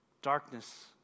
darkness